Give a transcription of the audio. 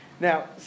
Now